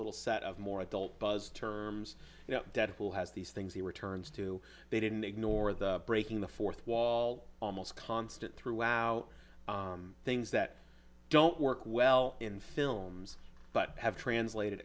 little set of more adult buzz terms you know deadpool has these things he returns to they didn't ignore the breaking the fourth wall almost constant throughout things that don't work well in films but have translated